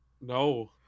No